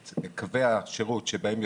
כי אם הנהג ירצה להכניס את הנכה קודם לכן,